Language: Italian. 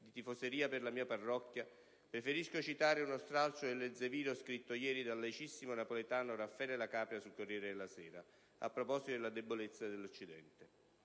di tifoseria per la mia parrocchia, preferisco citare uno stralcio dell'elzeviro scritto ieri dal laicissimo napoletano Raffaele La Capria sul «Corriere della Sera» a proposito della debolezza dell'Occidente: